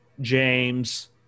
James